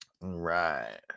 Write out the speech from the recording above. Right